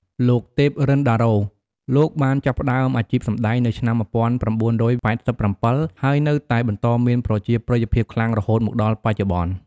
លោក ទេព រិន្ទដារ៉ូ លោកបានចាប់ផ្តើមអាជីពសម្តែងនៅឆ្នាំ ១៩៨៧ ហើយនៅតែបន្តមានប្រជាប្រិយភាពខ្លាំងរហូតមកដល់បច្ចុប្បន្ន។